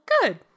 Good